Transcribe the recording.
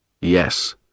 Yes